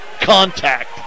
contact